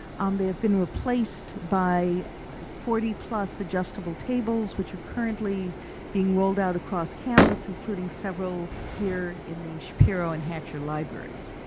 um they've been replaced by forty adjustable tables, which are currently being rolled out across campus including several here in the shapiro and hatcher libraries.